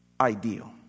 ideal